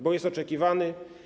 Bo jest oczekiwany?